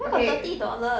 okay